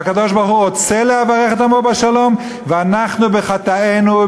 והקדוש-ברוך-הוא רוצה לברך את עמו בשלום ואנחנו בחטאנו,